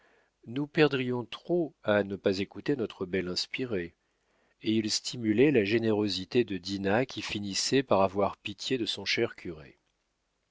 nous perdrions trop à ne pas écouter notre belle inspirée et il stimulait la générosité de dinah qui finissait par avoir pitié de son cher curé